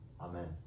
amen